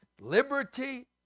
liberty